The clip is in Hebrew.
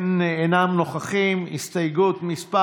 אינם נוכחים, הסתייגות מס'